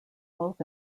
both